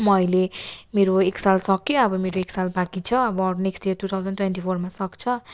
म अहिले मेरो एक साल सकियो अब मेरो एक साल बाँकी छ अब अरू नेक्सट साल टू थाउजन्ड ट्वेन्टी फोरमा सक्छ